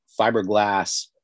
fiberglass